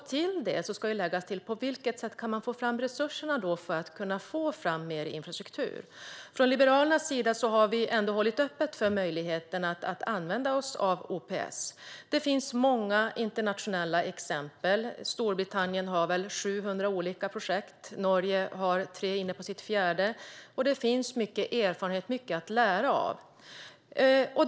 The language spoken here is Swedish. Till detta ska läggas på vilket sätt resurserna ska tas fram för att bygga mer infrastruktur. Liberalerna har ändå hållit öppet för möjligheterna att använda OPS. Det finns många internationella exempel; Storbritannien har väl 700 olika projekt, och Norge har tre och är inne på sitt fjärde. Det finns mycket erfarenhet och mycket att lära.